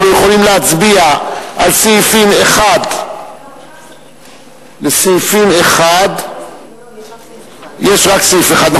אנחנו יכולים להצביע על סעיף 1. יש רק סעיף אחד.